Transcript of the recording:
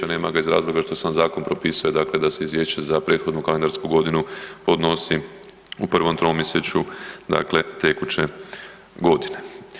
Nema ga iz razloga što sam zakon propisuje dakle da se izvješće za prethodnu kalendarsku godinu podnosi u prvom tromjesečju dakle tekuće godine.